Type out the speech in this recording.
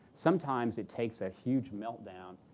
sometimes it takes a huge meltdown,